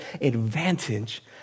advantage